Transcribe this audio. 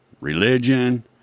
religion